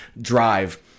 drive